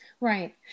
Right